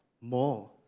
more